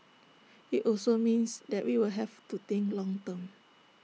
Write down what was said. IT also means that we will have to think long term